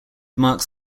marks